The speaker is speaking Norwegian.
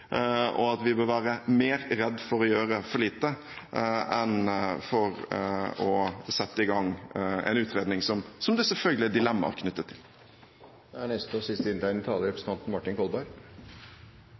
og at vi bør være mer redd for å gjøre for lite enn for å sette i gang en utredning, som det selvfølgelig er dilemma knyttet til. Til denne siste delen av debatten hvor statsråden snakker om merkelapper: Da